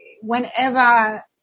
whenever